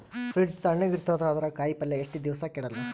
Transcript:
Fridge ತಣಗ ಇರತದ, ಅದರಾಗ ಕಾಯಿಪಲ್ಯ ಎಷ್ಟ ದಿವ್ಸ ಕೆಡಲ್ಲ?